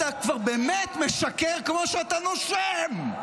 אתה כבר באמת משקר כמו שאתה נושם.